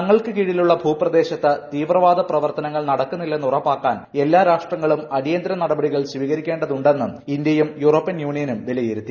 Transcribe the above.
തങ്ങൾക്ക് കീഴിലുള്ള ഭൂപ്രദേശത്ത് തീവ്രവാദപ്രവർത്തനങ്ങൾ നടക്കുന്നി ല്ലെന്ന് ഉറപ്പാക്കാൻ എല്ലാ രാഷ്ട്രങ്ങളും അടിയന്തര നടപടികൾ സ്വീകരിക്കേണ്ടതുണ്ട് എന്നും ഇന്ത്യയും യൂറോപ്യൻ യൂണിയനും വിലയിരുത്തി